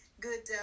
good